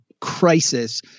crisis